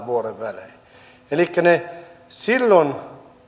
vuoden välein elikkä silloin